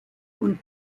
und